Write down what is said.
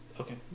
Okay